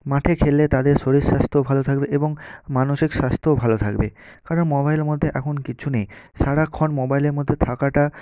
মাঠে খেললে তাদের শরীর স্বাস্থ্যও ভালো থাকবে এবং মানসিক স্বাস্থ্যও ভালো থাকবে কারণ মোবাইলের মধ্যে এখন কিচ্ছু নেই সারাক্ষণ মোবাইলের মধ্যে থাকাটা